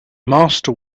master